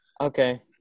Okay